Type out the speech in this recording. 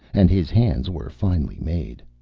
and his hands were finely made.